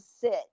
sit